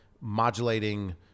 modulating